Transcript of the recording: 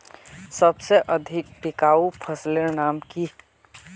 सबसे अधिक टिकाऊ फसलेर नाम की?